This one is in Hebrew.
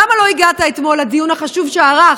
למה לא הגעת אתמול לדיון החשוב שערך